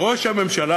ראש הממשלה,